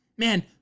man